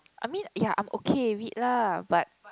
I mean ya I'm okay with it lah but